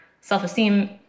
self-esteem